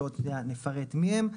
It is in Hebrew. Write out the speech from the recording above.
שעוד שניה נפרט מי הם.